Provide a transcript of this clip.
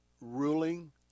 ruling